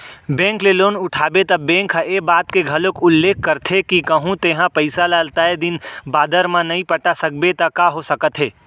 bank ले loan उठाबे त बेंक ह ए बात के घलोक उल्लेख करथे के कहूँ तेंहा पइसा ल तय दिन बादर म नइ पटा सकबे त का हो सकत हे